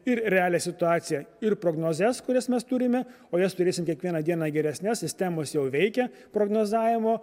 ir realią situaciją ir prognozes kurias mes turime o jas turėsim kiekvieną dieną geresnes sistemos jau veikia prognozavimo